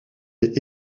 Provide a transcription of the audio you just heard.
est